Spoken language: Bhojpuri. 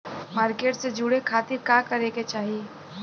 मार्केट से जुड़े खाती का करे के चाही?